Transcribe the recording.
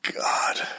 God